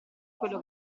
quello